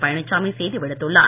பழனிசாமி செய்தி விடுத்துள்ளார்